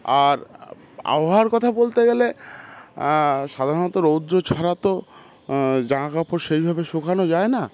আর আবহাওয়ার কথা বলতে গেলে সাধারণত রৌদ্র ছাড়া তো জাঙাকাপড় সেইভাবে শুকানো যায় না